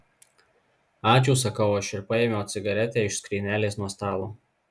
ačiū sakau aš ir paėmiau cigaretę iš skrynelės nuo stalo